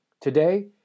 Today